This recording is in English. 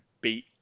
beat